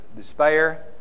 despair